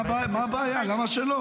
למה לא?